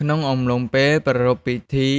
ក្នុងអំឡុងពេលប្រារព្ធពិធី